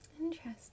Interesting